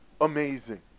amazing